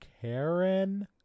Karen